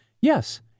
Yes